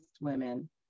women